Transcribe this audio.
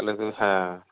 হ্যাঁ